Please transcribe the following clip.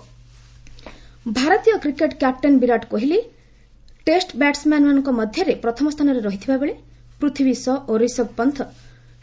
ICC ranking ଭାରତୀୟ cricket captain Virat Kohli test ବ୍ୟାଟ୍ସ୍ମ୍ୟାନ୍ମାନଙ୍କ ମଧ୍ୟରେ ପ୍ରଥମ ସ୍ଥାନରେ ରହିଥିବାବେଳେ ପୃଥିବୀ ଶ' ଓ ରିଷଭ୍ ପନୁ